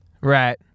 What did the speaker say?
Right